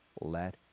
Let